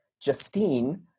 justine